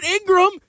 Ingram